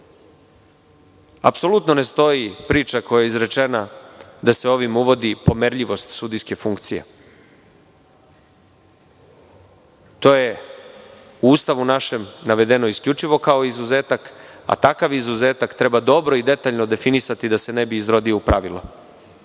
apsolutno ne stoji priča koja je izrečena da se ovim uvodi pomerljivost sudijske funkcije. To je u Ustavu našem navedeno isključivo kao izuzetak, a takav izuzetak treba dobro i detaljno definisati da se ne bi izrodio u pravilo.U